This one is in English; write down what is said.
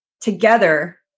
together